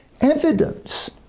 evidence